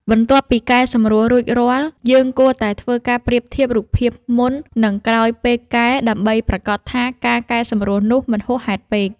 បន្ទាប់ពីកែសម្រួលរួចរាល់ យើងគួរតែធ្វើការប្រៀបធៀបរូបភាពមុន និងក្រោយពេលកែ ដើម្បីប្រាកដថាការកែសម្រួលនោះមិនហួសហេតុពេក។